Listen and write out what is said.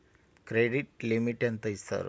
Credit limit ఎంత ఇస్తారు?